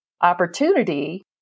opportunity